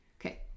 okay